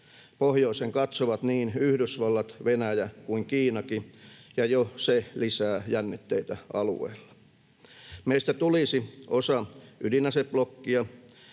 Pohjoiseen katsovat niin Yhdysvallat, Venäjä kuin Kiinakin, ja jo se lisää jännitteitä alueella. Meistä tulisi osa ydinaseblokkia.